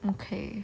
okay